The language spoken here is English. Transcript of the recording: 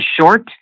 short